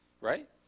Right